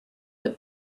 that